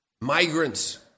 migrants